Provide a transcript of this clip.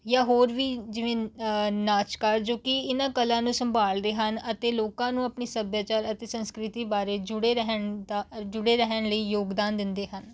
ਜਾਂ ਹੋਰ ਵੀ ਜਿਵੇਂ ਨਾਚਕਾਰ ਜੋ ਕਿ ਇਹਨਾਂ ਕਲਾ ਨੂੰ ਸੰਭਲਦੇ ਹਨ ਅਤੇ ਲੋਕਾਂ ਨੂੰ ਆਪਣੀ ਸੱਭਿਆਚਾਰ ਅਤੇ ਸੰਸਕ੍ਰਿਤੀ ਬਾਰੇ ਜੁੜੇ ਰਹਿਣ ਦਾ ਜੁੜੇ ਰਹਿਣ ਲਈ ਯੋਗਦਾਨ ਦਿੰਦੇ ਹਨ